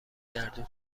گردون